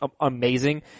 amazing